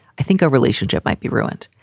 i think a relationship might be ruined.